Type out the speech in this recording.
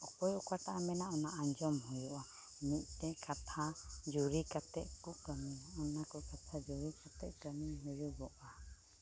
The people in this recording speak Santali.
ᱚᱠᱚᱭ ᱚᱠᱟᱴᱟᱜᱼᱮ ᱢᱮᱱᱟ ᱚᱱᱟ ᱟᱸᱡᱚᱢ ᱦᱩᱭᱩᱜᱼᱟ ᱢᱤᱫ ᱛᱮ ᱠᱟᱛᱷᱟ ᱫᱩᱨᱤ ᱠᱟᱛᱮᱫ ᱠᱚ ᱠᱟᱹᱢᱤᱭᱟ ᱚᱱᱟ ᱠᱚᱜᱮ ᱠᱷᱟᱹᱞᱤ ᱡᱩᱨᱤ ᱠᱟᱛᱮᱫ ᱠᱟᱹᱢᱤ ᱦᱩᱭᱩᱜᱚᱜᱼᱟ